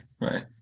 Right